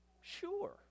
Sure